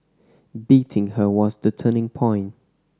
beating her was the turning point